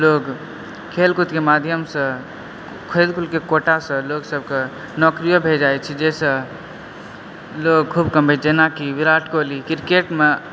लोक खेल कूदके माध्यम सॅं खेल कूदके कोटा सॅं लोक सबके नौकरी भेट जाइ छै जाहिसॅं लोक खूब कमबैत जेनाकि विराट कोहली क्रिकेट मे